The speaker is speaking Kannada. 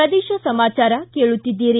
ಪ್ರದೇಶ ಸಮಾಚಾರ ಕೇಳುತ್ತೀದ್ದಿರಿ